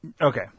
okay